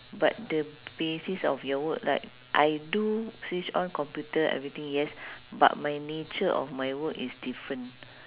but the basis of your work like I do switch on computer everything yes but my nature of my work is different